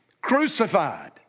Crucified